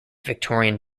victorian